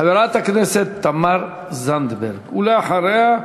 חברת הכנסת תמר זנדברג, ואחריה,